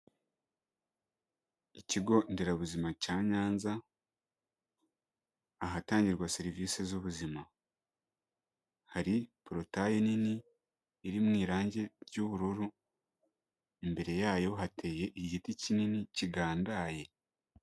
Ikigo nderabuzima cya nyanza, ahatangirwa serivisi z'ubuzima, hari porotaye nini iri mu irangi ry'ubururu imbere yayo hateye igiti kinini kigandaye.